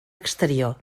exterior